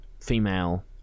female